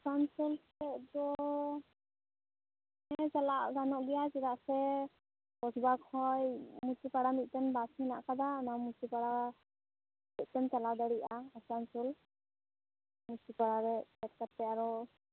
ᱟᱥᱟᱢᱥᱳᱞ ᱠᱷᱚᱡ ᱫᱚ ᱦᱮᱸ ᱪᱟᱞᱟᱜ ᱜᱟᱱᱚᱜ ᱜᱮᱭᱟ ᱪᱮᱫᱟᱜ ᱥᱮ ᱠᱚᱥᱵᱟ ᱠᱷᱚᱡ ᱢᱩᱪᱤᱯᱟᱲᱟ ᱢᱤᱫᱴᱟᱹᱝ ᱵᱟᱥ ᱢᱮᱱᱟᱜ ᱠᱟᱫᱟ ᱟᱱᱟ ᱢᱩᱪᱤᱯᱟᱲᱟ ᱥᱮᱫ ᱛᱮᱢ ᱪᱟᱞᱟᱣ ᱫᱟᱲᱮᱭᱟᱜᱼᱟ ᱟᱥᱟᱢᱥᱳᱞ ᱢᱩᱪᱤᱯᱟᱲᱟ ᱨᱮ ᱥᱟᱵ ᱠᱟᱛᱮ ᱟᱨᱦᱚᱸ